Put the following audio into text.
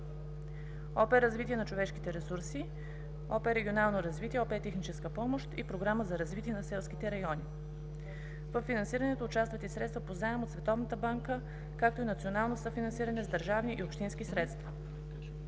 ОП „Развитие на човешките ресурси“, ОП „Регионално развитие“, ОП „Техническа помощ“ и Програма за развитие на селските райони. Във финансирането участват и средства по заем от Световната банка, както и национално съфинансиране с държавни и общински средства.